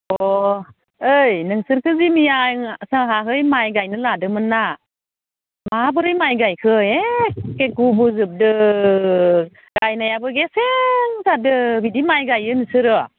अ ओइ नोंसोरखो जे मैया जोंहा माइ गायनो लादोमोनना माबोरै माइ गायखो एख्खे गब'जोबदो गायनायाबो गेसें जादो इदि माइ गायो नोंसोरो